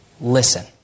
listen